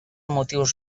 motius